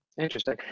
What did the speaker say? Interesting